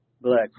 black